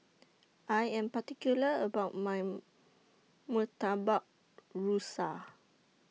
I Am particular about My Murtabak Rusa